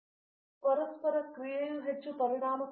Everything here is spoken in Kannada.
ಪ್ರತಾಪ್ ಹರಿಡೋಸ್ ಆದ್ದರಿಂದ ಪರಸ್ಪರ ಕ್ರಿಯೆಯು ಹೆಚ್ಚು ಪರಿಣಾಮಕಾರಿಯಾಗಿದೆ